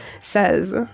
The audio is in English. says